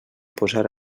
posar